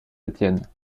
étienne